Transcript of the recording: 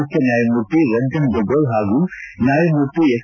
ಮುಖ್ಯ ನ್ನಾಯಮೂರ್ತಿ ರಂಜನ್ ಗೋಗೋಯ್ ಹಾಗೂ ನ್ನಾಯಮೂರ್ತಿ ಎಸ್